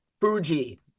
Fuji